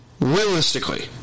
Realistically